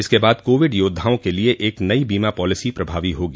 इसके बाद कोविड योद्वाओं के लिए एक नई बीमा पॉलिसी प्रभावी होगी